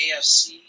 AFC